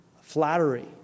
flattery